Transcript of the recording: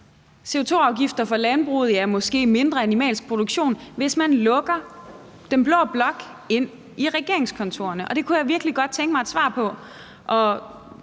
CO2-afgifter for landbruget og måske mindre animalsk produktion – hvis man lukker den blå blok ind i regeringskontorerne. Det kunne jeg virkelig godt tænke mig et svar på.